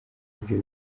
ibyo